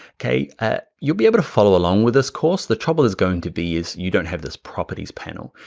okay. ah you'll be able to follow along with this course, the trouble is going to be is you don't have this properties panel.